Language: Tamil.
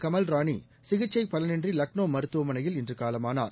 கமல்ராணி சிகிச்சைபலனின்றி லக்னோமருத்துவமனையில் இன்றுகாலமானார்